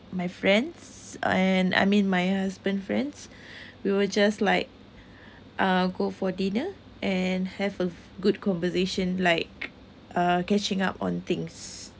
my friends and I mean my husband friends we will just like uh go for dinner and have a good conversation like uh catching up on things